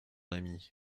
ami